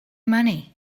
money